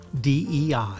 DEI